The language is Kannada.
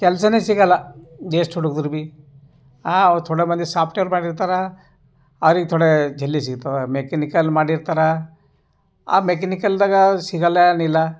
ಕೆಲಸನೆ ಸಿಗಲ್ಲ ಜಸ್ಟ್ ಹುಡುಗರು ಭಿ ಆ ಥೋಡ ಮಂದಿ ಸಾಫ್ಟ್ವೇರ್ ಮಾಡಿರ್ತಾರ ಅವ್ರಿಗೆ ಥೋಡೆ ಜಲ್ದಿ ಸಿಗ್ತವೆ ಮೆಕನಿಕಲ್ ಮಾಡಿರ್ತಾರ ಆ ಮೆಕನಿಕಲ್ದಾಗ ಸಿಗಲ್ಲ ಏನಿಲ್ಲ